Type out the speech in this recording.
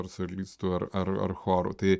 ar solistų ar ar ar chorų tai